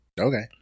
Okay